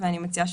ואני מציעה